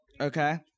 Okay